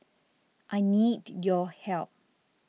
I need your help